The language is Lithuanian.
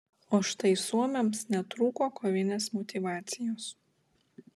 o štai suomiams netrūko kovinės motyvacijos